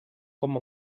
com